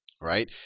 right